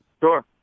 Sure